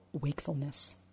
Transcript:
wakefulness